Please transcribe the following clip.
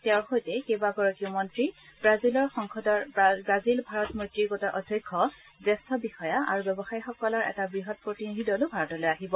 তেওঁৰ সৈতে কেইবাগৰাকী মন্ত্ৰী ৱাজিলৰ সংসদত ৱাজিল ভাৰত মৈত্ৰী গোটৰ অধ্যক্ষ জ্যেষ্ঠ বিষয়া আৰু ব্যৱসায়ীসকলৰ এটা বৃহৎ প্ৰতিনিধি দলো ভাৰতলৈ আহিব